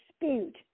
dispute